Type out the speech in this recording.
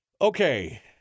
Okay